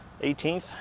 18th